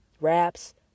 wraps